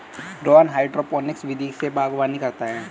Rohan hydroponics विधि से बागवानी करता है